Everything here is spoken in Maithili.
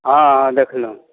हँ हँ देखलहुँ